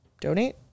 donate